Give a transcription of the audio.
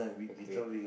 okay